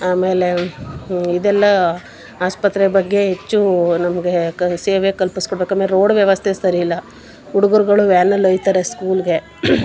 ಆಮೇಲೆ ಇದೆಲ್ಲ ಆಸ್ಪತ್ರೆ ಬಗ್ಗೆ ಹೆಚ್ಚು ನಮಗೆ ಕ ಸೇವೆ ಕಲ್ಪಿಸ್ಕೊಡ್ಬೇಕು ಆಮೇಲೆ ರೋಡ್ ವ್ಯವಸ್ಥೆ ಸರಿ ಇಲ್ಲ ಹುಡುಗ್ರುಗಳು ವ್ಯಾನಲ್ಲಿ ಹೋಗ್ತಾರೆ ಸ್ಕೂಲ್ಗೆ